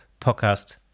podcast